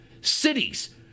cities